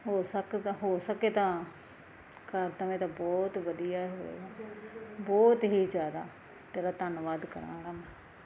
ਹੋ ਸਕਦਾ ਹੋ ਸਕੇ ਤਾਂ ਕਰ ਦੇਵੇ ਤਾਂ ਬਹੁਤ ਵਧੀਆ ਹੋਵੇਗਾ ਬਹੁਤ ਹੀ ਜ਼ਿਆਦਾ ਤੇਰਾ ਧੰਨਵਾਦ ਕਰਾਂਗਾ ਮੈਂ